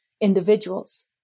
individuals